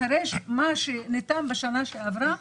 אחרי מה שנטען בשנה שעברה,